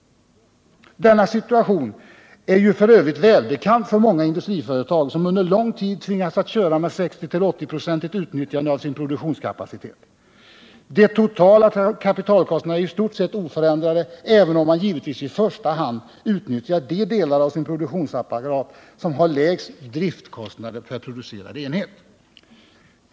Situationen är f. ö. välbekant för de många industriföretag som under lång tid tvingats köra med ett 60-80-procentigt utnyttjande av sin produktionskapacitet. De totala kapitalkostnaderna är ju i stort sett oförändrade, även om man givetvis i första hand utnyttjar de delar av sin produktionsapparat som har lägst driftkostnader per producerad enhet.